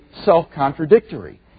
self-contradictory